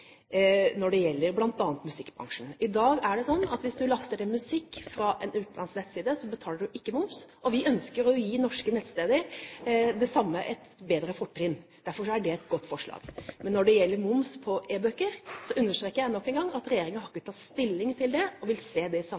når det gjelder musikkbransjen. I dag er det sånn at hvis du laster ned musikk fra en utenlands nettside, betaler du ikke moms. Vi ønsker å gi norske nettsteder et større fortrinn. Derfor er det et godt forslag. Men når det gjelder moms på e-bøker, understreker jeg nok en gang at regjeringen ikke har tatt stilling til det, og vil se dette i sammenheng med Mediestøtteutvalgets innstilling. Det er selvfølgelig ulike vurderinger i